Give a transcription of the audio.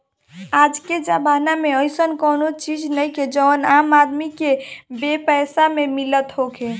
आजके जमाना में अइसन कवनो चीज नइखे जवन आम आदमी के बेपैसा में मिलत होखे